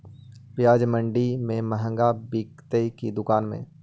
प्याज मंडि में मँहगा बिकते कि दुकान में?